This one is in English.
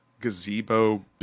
gazebo